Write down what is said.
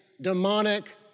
demonic